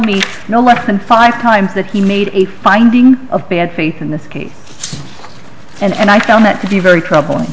me no less than five times that he made a finding of bad faith in this case and i found that to be very troubling